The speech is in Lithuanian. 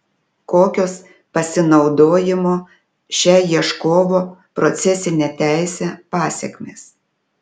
kokios pasinaudojimo šia ieškovo procesine teise pasekmės